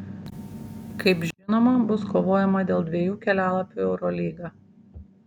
kaip žinoma bus kovojama dėl dviejų kelialapių į eurolygą